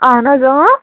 اَہَن حظ